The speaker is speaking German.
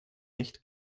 nicht